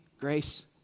Grace